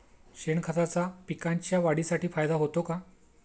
शेणखताचा पिकांच्या वाढीसाठी फायदा होतो का?